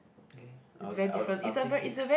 okay I'll I'll I'll take it